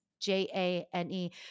J-A-N-E